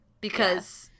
because-